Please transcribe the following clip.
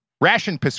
ration